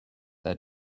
their